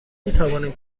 میتوانیم